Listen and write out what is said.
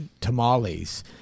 tamales